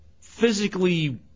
physically